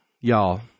y'all